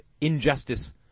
injustice